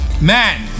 man